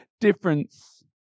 difference